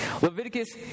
Leviticus